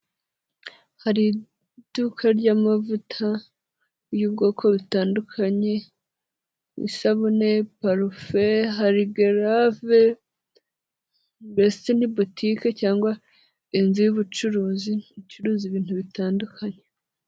Hari iduka ry'amavuta y'ubwoko butandukanye, isabune, parufe, hari gerave, mbese ni butike, cyangwa inzu y'ubucuruzi, bucuruza ibintu bitandukanye.